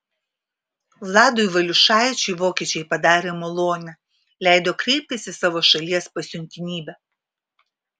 vladui valiušaičiui vokiečiai padarė malonę leido kreiptis į savo šalies pasiuntinybę